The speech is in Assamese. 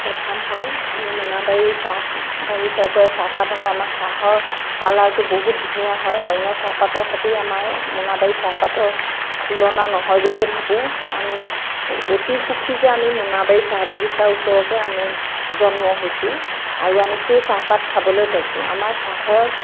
প্ৰথম হয় আমি মোনাবাৰীৰ চাহ বাগিচাৰ পৰাই চাহপাত আনো আমাৰ চাহৰ কালাৰটো বহুত ধুনীয়া হয় অন্য চাহপাতৰ সৈতে আমাৰ মোনাবাৰীৰ চাহপাতৰ তুলনা নহয় বুলিয়েই ভাবোঁ আমি অতি সুখী যে আমি মোনাবাৰী চাহ বাগিচাৰ ওচৰতেই আমি জন্ম হৈছোঁ আৰু আমি সেই চাহপাত খাবলৈও পাইছোঁ আমাৰ চাহৰ